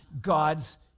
God's